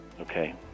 Okay